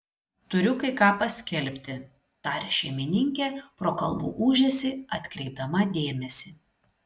turiu kai ką paskelbti tarė šeimininkė pro kalbų ūžesį atkreipdama dėmesį